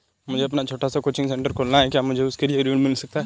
मुझे अपना छोटा सा कोचिंग सेंटर खोलना है क्या मुझे उसके लिए ऋण मिल सकता है?